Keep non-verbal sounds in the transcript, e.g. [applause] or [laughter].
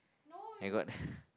I got [laughs]